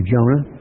Jonah